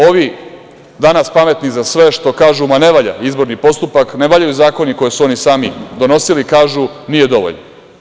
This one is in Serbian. Ovi danas pametni za sve što kažu da ne valja izborni postupak, ne valjaju zakoni koje su oni sami donosili, kažu - nije dovoljno.